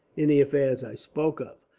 in the affairs i spoke of.